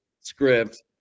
script